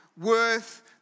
worth